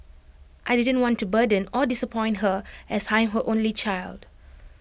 I didn't want to burden or disappoint her as I'm her only child